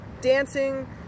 dancing